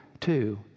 Two